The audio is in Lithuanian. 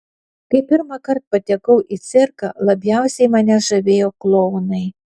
kai pirmąkart patekau į cirką labiausiai mane žavėjo klounai